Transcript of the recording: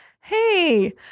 hey